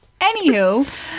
Anywho